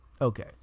Okay